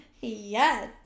Yes